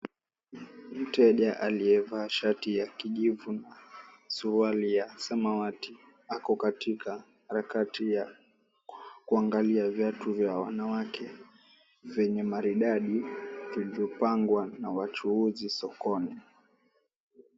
Mteja aliyevaa shati ya kijivu na suruali ya samawati ako katika harakati ya kuangalia viatu vya wanawake vyenye maridadi vilivyopangwa na wachuuzi sokoni.